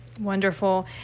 Wonderful